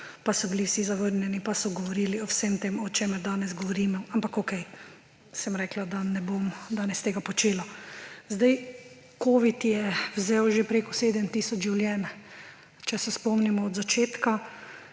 pa so bili vsi zavrnjeni, pa so govorili o vsem tem, o čemer danes govorimo. Ampak okej, sem rekla, da ne bom danes počela. Covid je vzel že preko 7 tisoč življenj. Če se spomnimo od začetka,